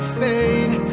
fade